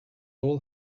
all